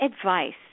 advice